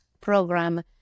program